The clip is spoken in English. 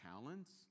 talents